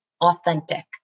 authentic